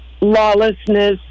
lawlessness